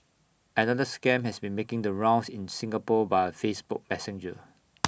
another scam has been making the rounds in Singapore via Facebook Messenger